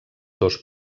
dos